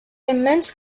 immense